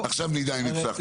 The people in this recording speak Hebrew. עכשיו נדע אם הצלחת.